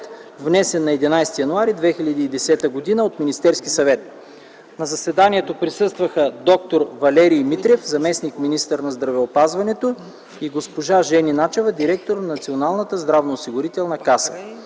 внесен на 11 януари 2010 г. от Министерския съвет. На заседанието присъстваха д-р Валерий Митрев - заместник-министър на здравеопазването, и госпожа Жени Начева – директор на Националната здравноосигурителна каса.